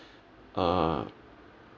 uh